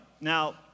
Now